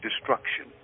destruction